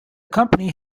company